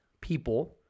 people